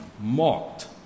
marked